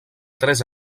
tres